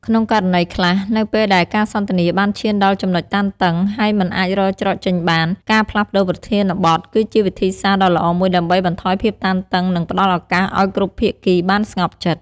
ក្នុងករណីខ្លះ នៅពេលដែលការសន្ទនាបានឈានដល់ចំណុចតានតឹង ហើយមិនអាចរកច្រកចេញបាន ការផ្លាស់ប្ដូរប្រធានបទ គឺជាវិធីសាស្រ្តដ៏ល្អមួយដើម្បីបន្ថយភាពតានតឹង និងផ្តល់ឱកាសឲ្យគ្រប់ភាគីបានស្ងប់ចិត្ត។